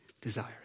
desires